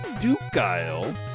Duke-Isle